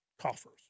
coffers